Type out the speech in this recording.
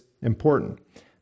Important